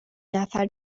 نفر